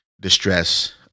distress